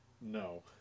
no